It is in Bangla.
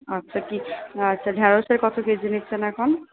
আচ্ছা আচ্ছা ঢ্যাঁড়সের কত কেজি নিচ্ছেন এখন